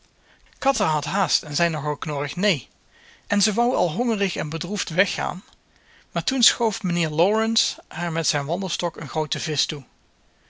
cutter had haast en zei nogal knorrig neen en ze wou al hongerig en bedroefd weggaan maar toen schoof mijnheer laurence haar met zijn wandelstok een grooten visch toe